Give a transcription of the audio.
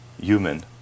human